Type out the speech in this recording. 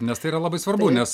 nes tai yra labai svarbu nes